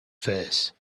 face